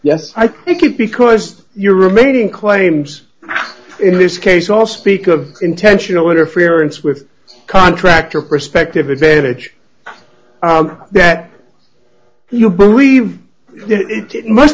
yes i think it because your remaining claims in this case all speak of intentional interference with contract or prospective advantage that you believe it must